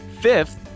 Fifth